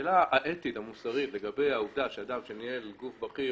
השאלה האתית המוסרית לגבי העובדה שאדם שניהל גוף בכיר